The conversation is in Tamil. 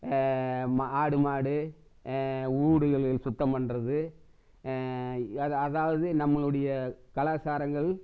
ஆடு மாடு ஊடுகள் சுத்தம் பண்ணுறது அதாவது நம்மளுடைய கலாச்சாரங்கள்